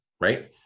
Right